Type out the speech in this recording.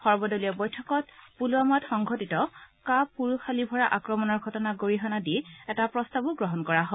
সৰ্বদলীয় বৈঠকত পুলৱামাত সংঘটিত কাপুৰুযালিভৰা আক্ৰমণৰ ঘটনাক গৰিহণা দি এটা প্ৰস্তাৱো গ্ৰহণ কৰা হয়